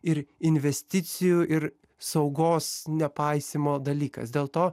ir investicijų ir saugos nepaisymo dalykas dėl to